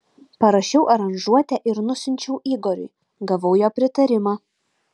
parašiau aranžuotę ir nusiunčiau igoriui gavau jo pritarimą